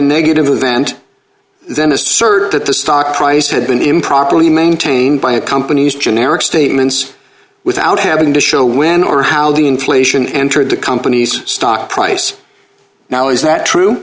negative event then assert that the stock price had been improperly maintained by a company's generic statements without having to show when or how the inflation entered the company's stock price now is that true